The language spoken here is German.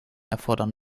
erfordern